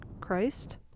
christ